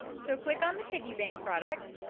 so click on the piggy bank product,